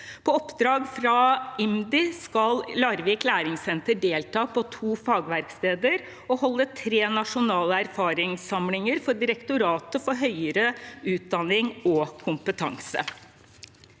På oppdrag fra IMDi skal Larvik Læringssenter delta på to fagverksteder og holde tre nasjonale erfaringssamlinger for Direktoratet for høyere utdanning og kompetanse.